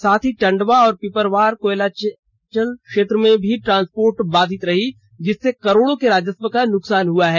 साथ ही टंडवा और पिपरवाड़ कोयलांचल में भी ट्रांसपोर्टिंग बाधित रही जिससे करोड़ों के राजस्व का नुकसान हुआ है